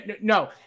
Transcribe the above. no